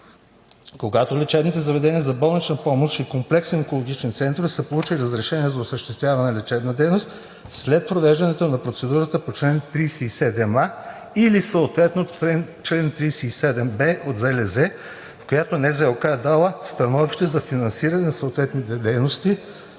когато лечебните заведения за болнична помощ и комплексни екологични центрове са получили разрешение за осъществяване на лечебна дейност след провеждането на процедурата по чл. 37а или съответно чл. 37б от ЗЛЗ, в която НЗОК е дала становище за финансиране на съответните дейности,